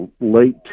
late